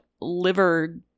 liver